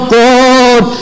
god